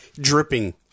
dripping